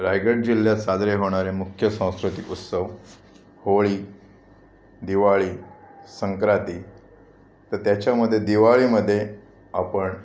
रायगड जिल्ह्यात साजरे होणारे मुख्य सांस्कृतिक उत्सव होळी दिवाळी संक्राती तर त्याच्यामध्ये दिवाळीमध्ये आपण